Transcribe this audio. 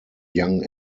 young